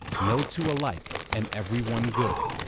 no two alike and every one good,